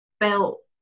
felt